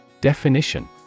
Definition